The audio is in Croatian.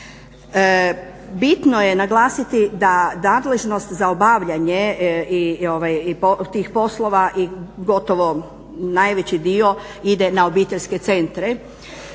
Bitno je naglasiti da nadležnost za obavljanje tih poslova i gotovo najveći dio ide na obiteljske centre.